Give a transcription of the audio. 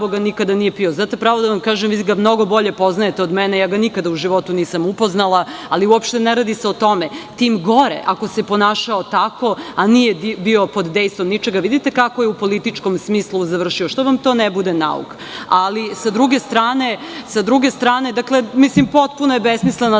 nikada nije pio. Znate, pravoda vam kažem, vi ga mnogo bolje poznajete od mene, ja ga nikada u životu nisam upoznala, ali uopšte se ne radi o tome, tim gore ako se ponašao tako a nije bio pod dejstvom ničega, vidite kako je u političkom smislu završio, što vam to ne bude nauk? Sa druge strane, mislim, potpuno je besmisleno